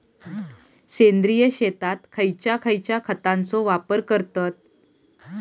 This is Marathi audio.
सेंद्रिय शेतात खयच्या खयच्या खतांचो वापर करतत?